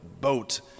boat